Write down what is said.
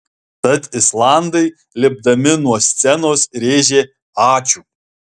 tad islandai lipdami nuo scenos rėžė ačiū